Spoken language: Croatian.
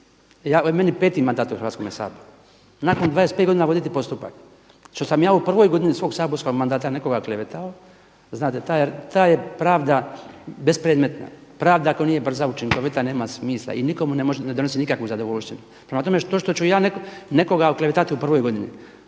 mene, meni je peti mandat u Hrvatskom saboru, nakon 25 godina voditi postupak što sam ja u prvoj godini svog saborskog mandata nekoga klevetao znate ta je pravda bespredmetna. Pravda ako nije brza i učinkovita nema smisla i ne donosi nikakvu zadovoljštinu. Prema tome, što ću ja nekoga oklevetati u prvoj godini